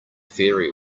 ferry